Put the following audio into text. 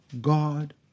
God